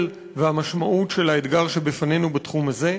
ואת המשמעות של האתגר שלפנינו בתחום הזה.